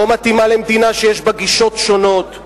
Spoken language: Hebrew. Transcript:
לא מתאימה למדינה שיש בה גישות שונות.